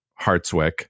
Hartswick